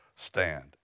Stand